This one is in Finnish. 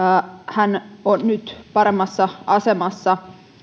hän on paremmassa asemassa